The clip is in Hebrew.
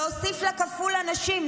להוסיף לה כפול אנשים,